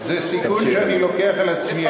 זה סיכון שאני לוקח על עצמי.